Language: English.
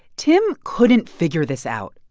tim couldn't figure this out.